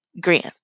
Grant